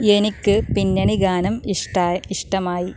എനിക്ക് പിന്നണി ഗാനം ഇഷ്ടായി ഇഷ്ടമായി